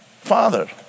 father